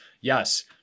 yes